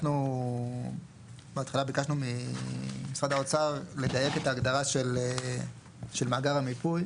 אנחנו בהתחלה ביקשנו ממשרד האוצר לדייק את ההגדרה של מאגר המיפוי,